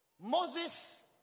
Moses